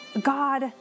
God